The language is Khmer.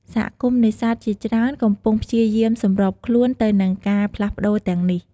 សហគមន៍នេសាទជាច្រើនកំពុងព្យាយាម សម្របខ្លួន ទៅនឹងការផ្លាស់ប្តូរទាំងនេះ។